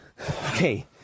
Okay